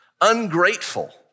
ungrateful